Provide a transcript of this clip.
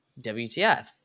WTF